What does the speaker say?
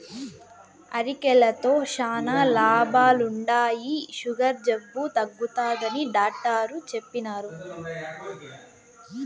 అరికెలతో శానా లాభాలుండాయి, సుగర్ జబ్బు తగ్గుతాదని డాట్టరు చెప్పిన్నారు